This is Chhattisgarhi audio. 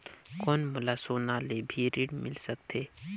कौन मोला सोना ले भी ऋण मिल सकथे?